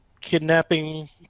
kidnapping